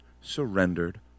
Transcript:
surrendered